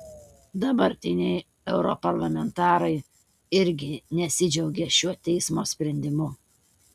dabartiniai europarlamentarai irgi nesidžiaugė šiuo teismo sprendimu